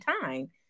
time